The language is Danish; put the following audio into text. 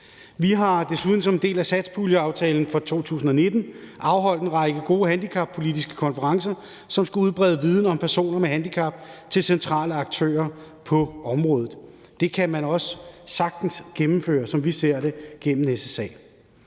Vi har desuden som en del af satspuljeaftalen fra 2019 afholdt en række gode handicappolitiske konferencer, som skal udbrede viden om personer med handicap til centrale aktører på området. Det kan man også sagtens gennemføre, som vi ser det, gennem SSA.